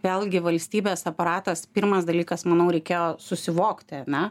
vėlgi valstybės aparatas pirmas dalykas manau reikėjo susivokti ane